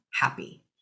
happy